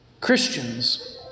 Christians